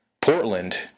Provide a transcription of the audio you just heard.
Portland